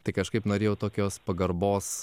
tai kažkaip norėjau tokios pagarbos